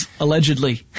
allegedly